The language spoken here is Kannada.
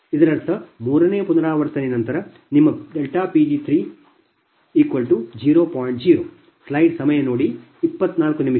ಇದರರ್ಥ ಮೂರನೇ ಪುನರಾವರ್ತನೆಯ ನಂತರ ನಿಮ್ಮ Pg3 0